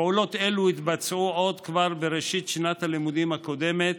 פעולות אלו התבצעו כבר בראשית שנת הלימודים הקודמת,